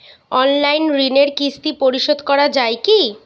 Online ঋণের কিস্তি পরিশোধ করা যায় কি?